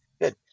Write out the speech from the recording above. Good